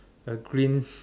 a green